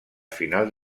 final